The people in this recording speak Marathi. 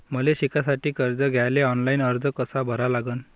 मले शिकासाठी कर्ज घ्याले ऑनलाईन अर्ज कसा भरा लागन?